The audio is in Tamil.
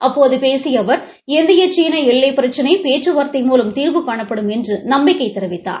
அப்போது பேசிய அவர் இந்திய சீன எல்லை பிரச்சினை பேச்சுவார்த்தை மூலம் தீர்வு காணப்படும் என்று நம்பிக்கை தெரிவித்தார்